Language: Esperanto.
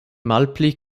malpli